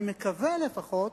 אני מקווה לפחות,